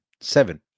seven